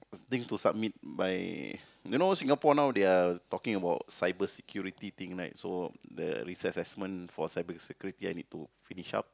thing to submit by you know Singapore now they are talking about cyber security thing right so the risk assessment for cyber security I need to finish up